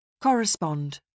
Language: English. Correspond